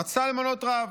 רצתה למנות רב.